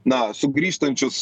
na sugrįžtančius